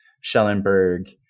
Schellenberg